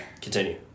continue